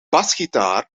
basgitaar